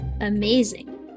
Amazing